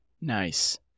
Nice